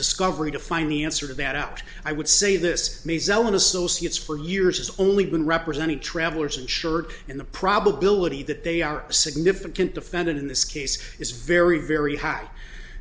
discovery to find the answer to that out i would say this maze ellen associates for years has only been represented travelers in short in the probability that they are significant defendant in this case is very very high